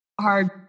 hard